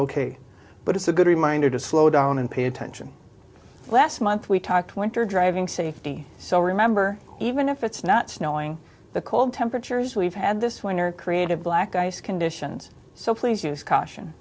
ok but it's a good reminder to slow down and pay attention last month we talked twenty driving safety so remember even if it's not snowing the cold temperatures we've had this winter creative black ice conditions so please use caution